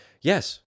Yes